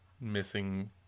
missing